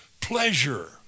pleasure